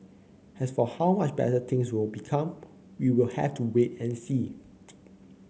as for how much better things will become we will have to wait and see